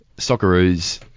Socceroos